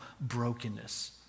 brokenness